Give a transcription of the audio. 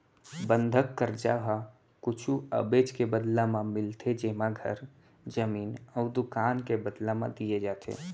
बंधक करजा ह कुछु अबेज के बदला म मिलथे जेमा घर, जमीन अउ दुकान के बदला म दिये जाथे